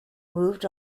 moved